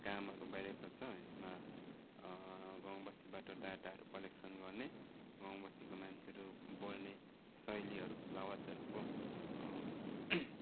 कामहरू भइरहेको छ यसमा गाउँबस्तीबाट डाटाहरू कलेक्सन गर्ने गाउँबस्तीको मान्छेहरू बोल्ने शैलीहरू आवाजहरूको